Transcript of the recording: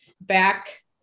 back